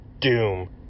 doom